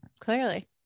Clearly